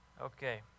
Okay